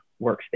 workstation